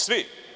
Svi.